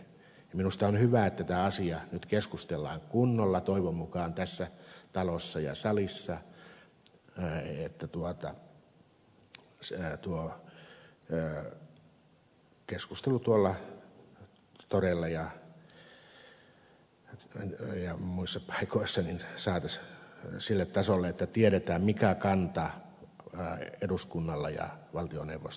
minusta on hyvä että tämä asia nyt keskustellaan kunnolla toivon mukaan tässä talossa ja salissa että tuo keskustelu tuolla toreilla ja muissa paikoissa saataisiin sille tasolle että tiedetään mikä kanta eduskunnalla ja valtioneuvostolla on tähän